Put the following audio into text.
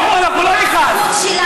אנחנו לא נכעס.